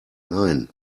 nein